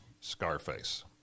Scarface